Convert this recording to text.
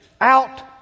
out